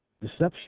Deception